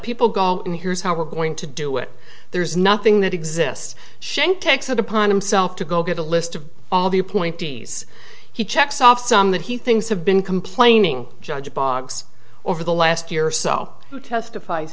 people go and here's how we're going to do it there's nothing that exists shank takes it upon himself to go get a list of all the appointees he checks off some that he things have been complaining judge boggs over the last year or so who testifies